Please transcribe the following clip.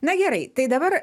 na gerai tai dabar